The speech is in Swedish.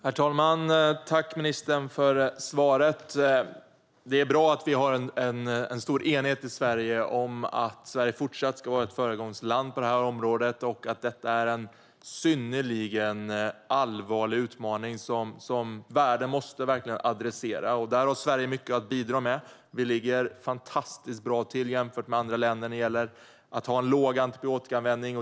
Herr talman! Tack, ministern, för svaret! Det är bra att vi har en stor enighet i Sverige om att Sverige fortsatt ska vara ett föregångsland på det här området och att detta är en synnerligen allvarlig utmaning som världen måste adressera. Där har Sverige mycket att bidra med. Vi ligger fantastiskt bra till jämfört med andra länder när det gäller att ha en låg antibiotikaanvändning.